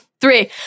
three